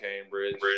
Cambridge